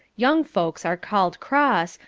young folks are called cross,